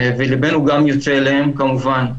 וליבנו גם יוצא אליהם כמובן.